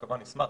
אני כמובן אשמח.